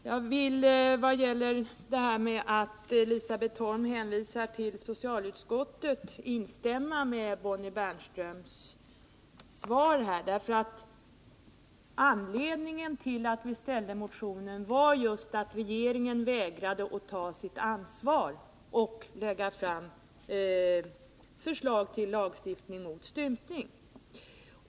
Herr talman! Statsrådet Elisabet Holm hänvisade till socialutskottet, men jag vill instämma i Bonnie Bernströms svar. Anledningen till att vi väckte motioner var just den att regeringen vägrade att ta sitt ansvar och lägga fram förslag till lagstiftning mot stympning.